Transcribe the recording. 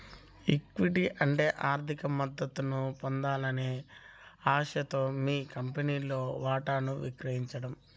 equity అంటే ఆర్థిక మద్దతును పొందాలనే ఆశతో మీ కంపెనీలో వాటాను విక్రయించడం